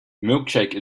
milkshake